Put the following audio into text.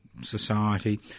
society